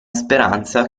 speranza